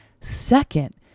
Second